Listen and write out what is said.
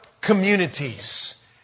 communities